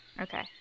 Okay